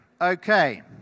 Okay